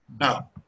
Now